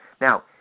Now